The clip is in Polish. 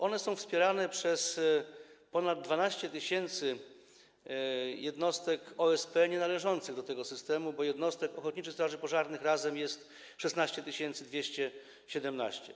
One są wspierane przez ponad 12 tys. jednostek OSP nienależących do tego systemu, bo jednostek ochotniczych straży pożarnych razem jest 16 217.